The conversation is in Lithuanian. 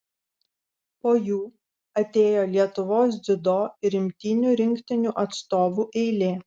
po jų atėjo lietuvos dziudo ir imtynių rinktinių atstovų eilė